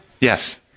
Yes